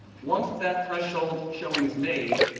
once that threshold showing is made,